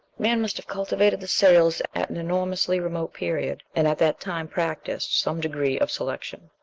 man must have cultivated the cereals at an enormously remote period, and at that time practised some degree of selection.